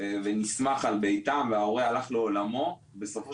ונסמך על ביתם וההורה הלך לעולמו בסופו